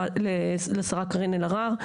לשרה קארין אלהרר,